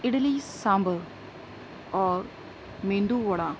اڈلی سانبھر اور میندو وڑا